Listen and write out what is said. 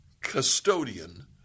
custodian